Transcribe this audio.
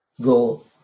go